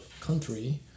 country